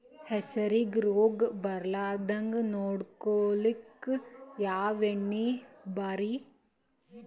ಹೆಸರಿಗಿ ರೋಗ ಬರಲಾರದಂಗ ನೊಡಕೊಳುಕ ಯಾವ ಎಣ್ಣಿ ಭಾರಿ?